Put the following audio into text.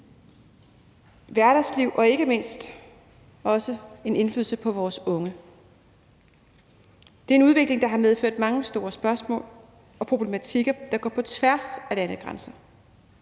hverdagsliv og ikke mindst også på vores unge. Det er en udvikling, der har medført mange store spørgsmål og problematikker, der går på tværs af landegrænser.